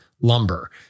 lumber